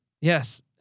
Yes